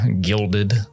gilded